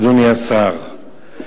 אדוני השר,